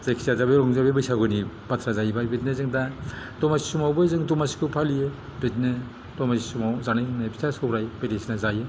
जायखिजाया बे रंजालि बैसागुनि बाथ्रा जाहैबाय बिदिनो जों दा दमासि समावबो दमासिखौ फालियो बिदिनो दमासि समाव जानाय लोंनाय फिथा सौराय बायदिसिना जायो